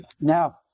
Now